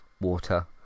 water